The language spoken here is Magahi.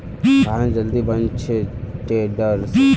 घास जल्दी बन छे टेडर से